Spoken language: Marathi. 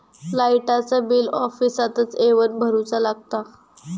लाईटाचा बिल ऑफिसातच येवन भरुचा लागता?